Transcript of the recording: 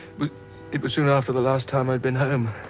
but it was soon after the last time i'd been home